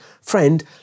friend